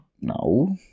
no